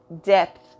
depth